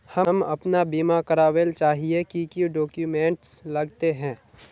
हम अपन बीमा करावेल चाहिए की की डक्यूमेंट्स लगते है?